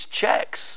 checks